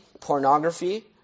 pornography